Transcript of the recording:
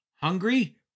Hungry